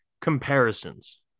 comparisons